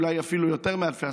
אולי אפילו יותר מאלפי,